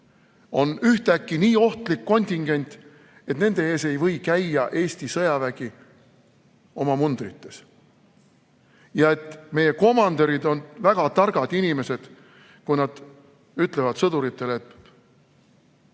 on ühtäkki nii ohtlik kontingent, et nende ees ei või käia Eesti sõjavägi oma mundrites. Ja meie komandörid on väga targad inimesed, kui nad ütlevad sõduritele, et